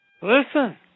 Listen